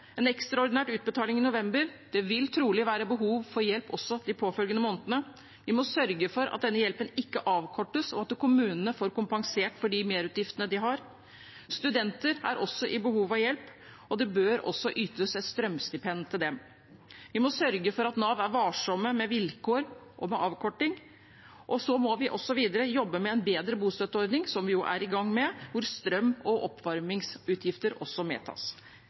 En ekstraordinær utbetaling i november, og det vil trolig være behov for hjelp også de påfølgende månedene. Vi må sørge for at denne hjelpen ikke avkortes, og at kommunene får kompensert for de merutgiftene de har. Studenter er også i behov av hjelp, og det bør ytes et strømstipend til dem. Vi må sørge for at Nav er varsomme med vilkår og avkorting. Videre må vi jobbe med en bedre bostøtteordning, noe vi er i gang med, hvor strøm- og oppvarmingsutgifter også medtas.